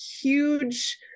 huge